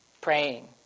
Praying